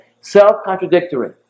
self-contradictory